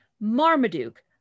Marmaduke